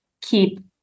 keep